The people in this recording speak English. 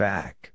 Back